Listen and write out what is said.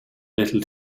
little